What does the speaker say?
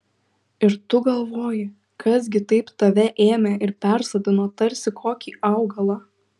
ir tu galvoji kas gi taip tave ėmė ir persodino tarsi kokį augalą